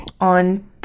on